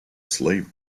slave